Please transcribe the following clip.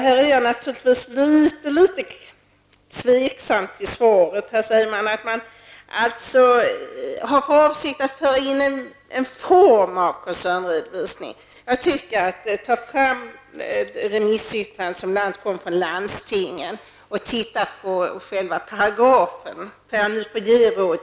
Om jag får ge ett råd till statsrådet tycker jag att han skall ta fram de remissyttrandet som bl.a. kommer från landstingen och titta på själva paragrafen.